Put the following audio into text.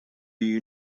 you